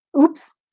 Oops